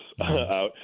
out